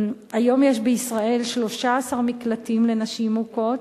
היום יש בישראל 13 מקלטים לנשים מוכות.